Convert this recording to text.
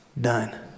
done